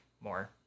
More